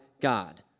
God